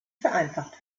vereinfacht